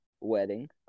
wedding